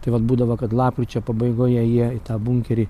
tai vat būdavo kad lapkričio pabaigoje jie į tą bunkerį